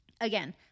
Again